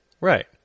Right